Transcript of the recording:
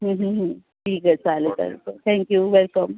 ठीक आहे चालेल चालेल सर थँक्यू वेलकम